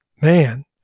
man